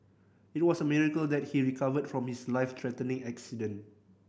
it was a miracle that he recovered from his life threatening accident